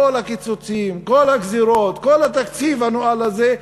כל הקיצוצים, כל הגזירות, כל התקציב הנואל הזה,